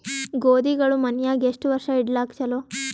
ಗೋಧಿಗಳು ಮನ್ಯಾಗ ಎಷ್ಟು ವರ್ಷ ಇಡಲಾಕ ಚಲೋ?